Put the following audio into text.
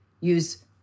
use